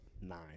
nine